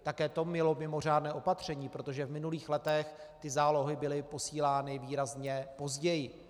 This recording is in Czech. Také to bylo mimořádné opatření, protože v minulých letech byly zálohy posílány výrazně později.